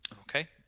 Okay